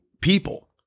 people